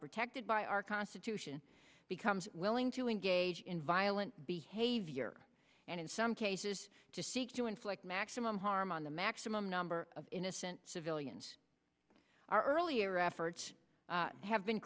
protected by our constitution becomes willing to engage in violent behavior and in some cases to seek to inflict maximum harm on the maximum number of innocent civilians our earlier efforts have been